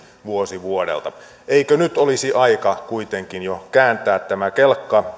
vuosi vuodelta eikö nyt olisi aika kuitenkin jo kääntää tämä kelkka